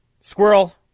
Squirrel